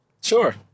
Sure